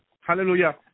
hallelujah